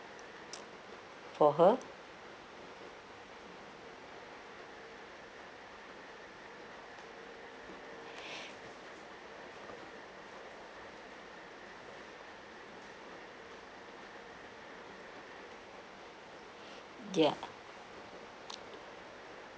for her ya